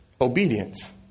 obedience